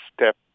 step